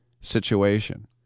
situation